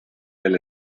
del